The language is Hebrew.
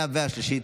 רבותיי חברי הכנסת,